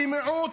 כמיעוט,